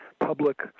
public